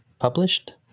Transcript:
published